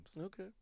Okay